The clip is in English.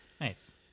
Nice